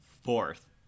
Fourth